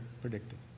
predicted